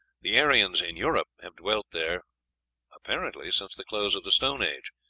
the aryans in europe have dwelt there apparently since the close of the stone age,